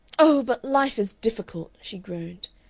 oh, but life is difficult! she groaned.